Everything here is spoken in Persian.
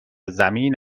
زمین